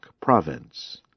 Province